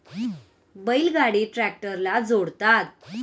बैल गाडी ट्रॅक्टरला जोडतात